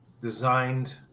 designed